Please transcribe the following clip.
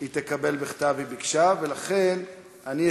חברת הכנסת ברקו גם לא נמצאת כאן,